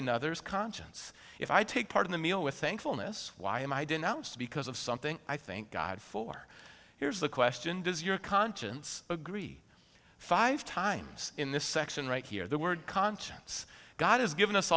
another's conscience if i take part of the meal with thankfulness why am i denounced because of something i think god for here's the question does your conscience agree five times in this section right here the word conscience god has given us